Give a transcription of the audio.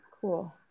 Cool